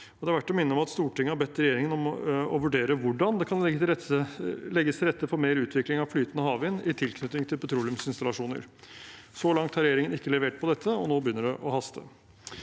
Stortinget har bedt regjeringen om å vurdere hvordan det kan legges til rette for mer utvikling av flytende havvind i tilknytning til petroleumsinstallasjoner. Så langt har regjeringen ikke levert på dette, og nå begynner det å haste.